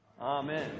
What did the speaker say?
amen